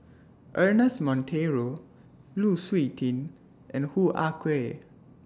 Ernest Monteiro Lu Suitin and Hoo Ah Kay